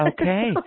okay